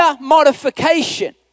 modification